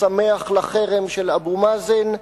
השמח לחרם של אבו מאזן: